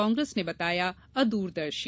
कांग्रेस ने बताया अदूरदर्शी